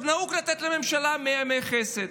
נהוג לתת לממשלה 100 ימי חסד.